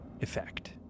effect